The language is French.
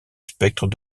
spectre